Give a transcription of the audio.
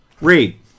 Read